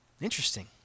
Interesting